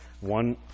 One